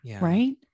Right